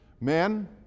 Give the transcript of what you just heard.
Men